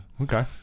okay